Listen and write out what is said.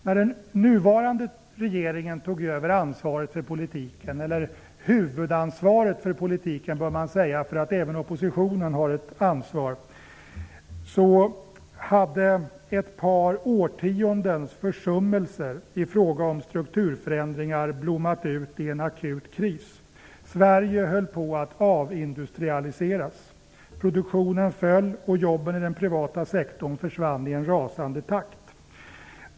När den nuvarande regeringen tog över ansvaret för politiken, eller huvudansvaret för politiken bör man säga -- även oppositionen har ett ansvar -- hade ett par årtiondens försummelser i fråga om strukturförändringar blommat ut i en akut kris. Sverige höll på att avindustrialiseras. Produktionen föll och jobben i den privata sektorn försvann i en rasande takt.